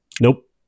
Nope